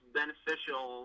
beneficial